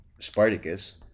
Spartacus